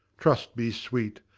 trust me, sweet,